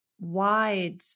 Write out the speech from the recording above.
wide